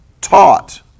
taught